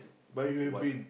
what